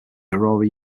aurora